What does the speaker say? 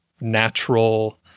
natural